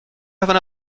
having